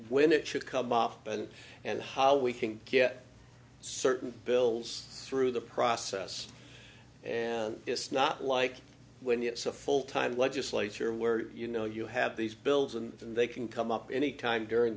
when it should come up and and how we can get certain bills through the process and it's not like when it's a full time legislature where you know you have these bills and they can come up any time during